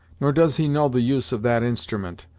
nor does he know the use of that instrument,